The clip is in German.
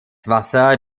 wasser